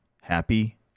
happy